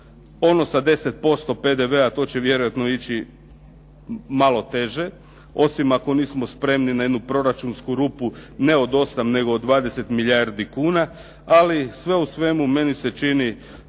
ono sa 10% PDV-a to će vjerojatno ići malo teže osim ako nismo spremni na jednu proračunsku rupu ne od 8 nego od 20 milijardi kuna. Ali sve u svemu, meni se čini